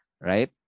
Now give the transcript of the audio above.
right